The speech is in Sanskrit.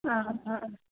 हा हा